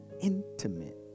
intimate